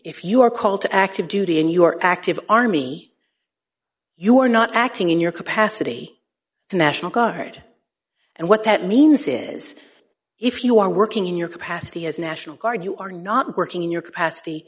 if you are called to active duty in your active army you are not acting in your capacity the national guard and what that means is if you are working in your capacity as national guard you are not working in your capacity